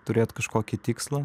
turėt kažkokį tikslą